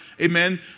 amen